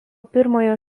pirmojo